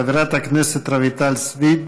חברת הכנסת רויטל סויד,